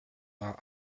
war